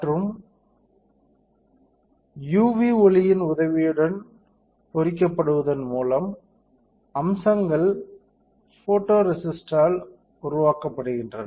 மற்றும் UV ஒளியின் உதவியுடன் பொறிக்கப்படுவதன் மூலம் அம்சங்கள் ஃபோட்டோரேசிஸ்ட்டால் உருவாக்கப்படுகின்றன